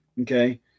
Okay